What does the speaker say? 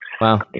Wow